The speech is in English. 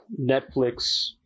Netflix